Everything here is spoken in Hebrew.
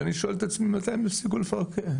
ואני שואל את עצמי מתי הם יפסיקו לפרכס.